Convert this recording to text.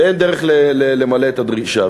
ואין דרך למלא את הדרישה,